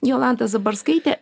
jolanta zabarskaite